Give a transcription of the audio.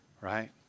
right